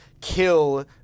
kill